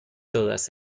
todas